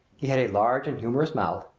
he had a large and humorous mouth,